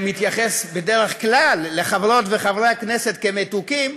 שמתייחס בדרך כלל לחברות וחברי הכנסת כמתוקים,